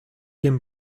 him